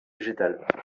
végétales